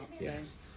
Yes